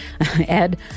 Ed